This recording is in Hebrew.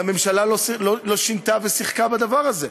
כי הממשלה לא שינתה ושיחקה בדבר הזה,